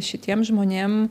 šitiem žmonėm